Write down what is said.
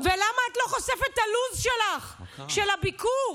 ולמה את לא חושפת את הלו"ז שלך, של הביקור?